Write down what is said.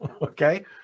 Okay